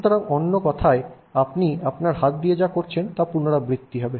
সুতরাং অন্য কথায় আপনি আপনার হাত দিয়ে যা করছেন তা পুনরাবৃত্তি করবে